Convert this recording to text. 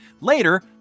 Later